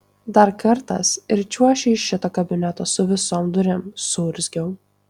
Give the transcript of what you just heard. dar kartas ir čiuoši iš šito kabineto su visom durim suurzgiau